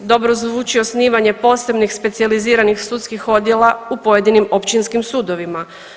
Dobro zvuči osnivanje posebnih specijaliziranih sudskih odjela u pojedinim općinskim sudovima.